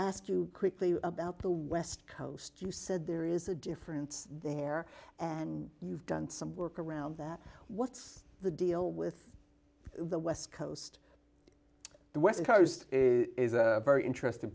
ask you quickly about the west coast you said there is a difference there and you've done some work around that what's the deal with the west coast the west coast is a very interesting